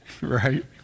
right